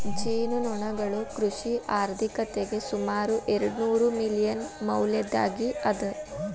ಜೇನುನೊಣಗಳು ಕೃಷಿ ಆರ್ಥಿಕತೆಗೆ ಸುಮಾರು ಎರ್ಡುನೂರು ಮಿಲಿಯನ್ ಮೌಲ್ಯದ್ದಾಗಿ ಅದ